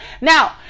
now